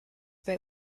bei